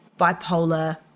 bipolar